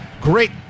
Great